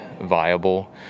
viable